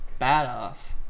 badass